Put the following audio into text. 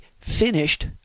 finished